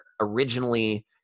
originally